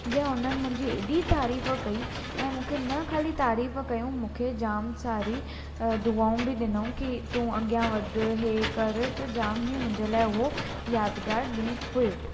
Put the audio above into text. जे हुननि मुंहिंजी एॾी तारीफ़ कई ऐं मूंखे न ख़ाली तारीफ़ कयूं मूंखे जाम सारी दुआऊं बि ॾिनउ की तू अॻियां वध हे कर त जाम ई मुंहिंजे लाइ हुओ यादगार ॾीहुं हुयो